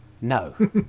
No